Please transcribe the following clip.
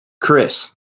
Chris